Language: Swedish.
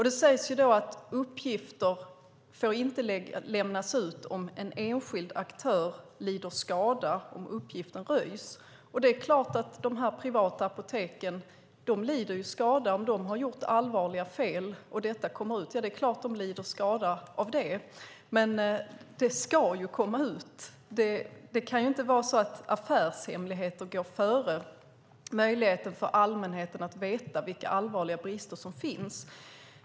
Det sägs att uppgifter inte får lämnas ut om en enskild aktör lider skada om uppgiften röjs. Det är klart att de privata apoteken lider skada om de har gjort allvarliga fel och detta kommer ut. Det är klart att de lider skada av det, men det ska ju komma ut. Det kan inte vara så att affärshemligheter går före möjligheten för allmänheten att veta vilka allvarliga brister som finns.